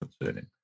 concerning